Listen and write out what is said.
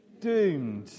doomed